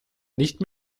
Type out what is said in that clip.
nicht